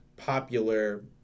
popular